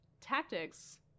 tactics